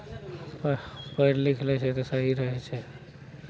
पढ़ि लिख लै छै तऽ सही रहै छै